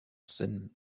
seine